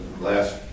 last